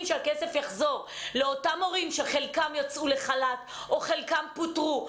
שהכסף יחזור לאותם הורים שחלקם יצאו לחל"ת או חלקם פוטרו,